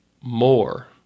more